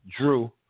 Drew